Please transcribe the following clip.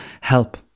Help